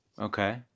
okay